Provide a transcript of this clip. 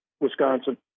Wisconsin